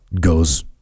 goes